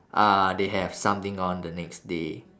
ah they have something on the next day